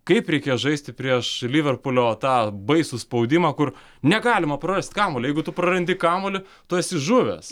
kaip reikės žaisti prieš liverpulio tą baisų spaudimą kur negalima prarasti kamuolį jeigu tu prarandi kamuolį tu esi žuvęs